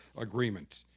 agreement